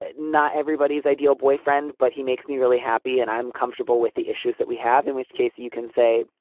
ah not everybody's ideal boyfriend, but he makes me really happy and i'm comfortable with the issues that we have, in which case you can say,